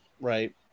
Right